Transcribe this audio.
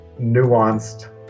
nuanced